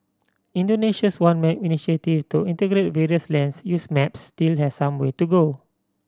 Indonesia's One Map initiative to integrate various lands use maps still has some way to go